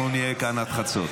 אנחנו נהיה כאן עד חצות.